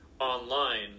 online